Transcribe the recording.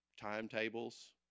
timetables